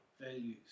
values